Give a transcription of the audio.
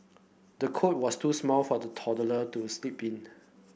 the cot was too small for the toddler to sleep in